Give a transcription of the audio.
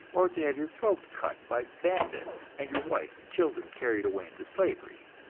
or to have your throat cut by bandits and your wife and children carried away into slavery?